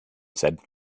said